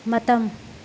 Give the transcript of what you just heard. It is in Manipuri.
ꯃꯇꯝ